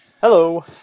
Hello